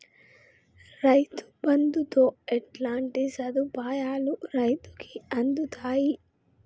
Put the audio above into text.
రైతు బంధుతో ఎట్లాంటి సదుపాయాలు రైతులకి అందుతయి?